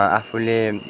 आफूले